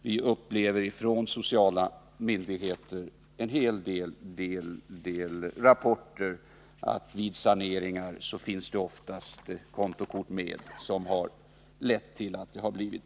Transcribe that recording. Vi har från sociala myndigheter fått en hel del rapporter om att det vid behov av saneringar ofta är kontokort som lett till problemen.